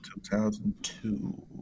2002